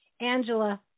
Angela